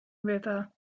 river